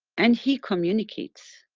and he communicates.